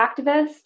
activist